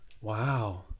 Wow